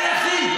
היחיד,